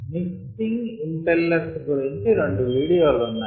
mixing impellers గురించి రెండు video లు ఉన్నాయి